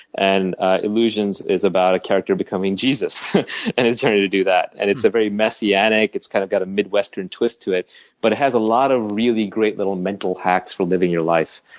and illusions is about a character becoming jesus and his journey to do that. and it's a very messy antic. it's kind of got a midwestern twist to it but it has a lot of really great little mental hacks for living your life.